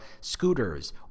scooters